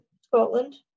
Scotland